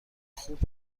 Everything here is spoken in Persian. خوب